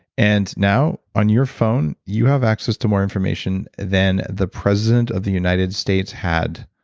and now, on your phone, you have access to more information than the president of the united states had.